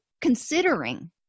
considering